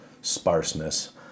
sparseness